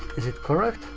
is it correct?